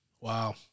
Wow